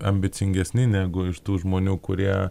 ambicingesni negu iš tų žmonių kurie